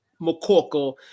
McCorkle